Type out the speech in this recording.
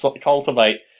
cultivate